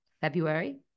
February